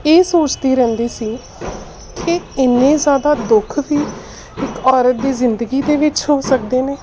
ਇਸ ਸੋਚਦੀ ਰਹਿੰਦੀ ਸੀ ਕਿ ਇੰਨੇ ਜ਼ਿਆਦਾ ਦੁੱਖ ਵੀ ਇੱਕ ਔਰਤ ਦੀ ਜ਼ਿੰਦਗੀ ਦੇ ਵਿੱਚ ਹੋ ਸਕਦੇ ਨੇ